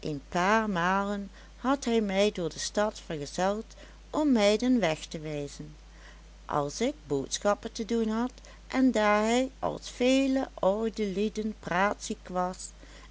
een paar malen had hij mij door de stad vergezeld om mij den weg te wijzen als ik boodschappen te doen had en daar hij als vele oude lieden praatziek was